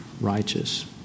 righteous